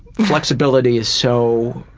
flexibility is so,